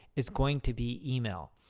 is going to be email.